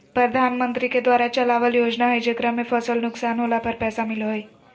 प्रधानमंत्री के द्वारा चलावल योजना हइ जेकरा में फसल नुकसान होला पर पैसा मिलो हइ